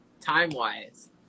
time-wise